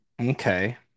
Okay